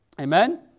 Amen